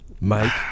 Mike